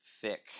thick